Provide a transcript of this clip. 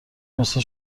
مثل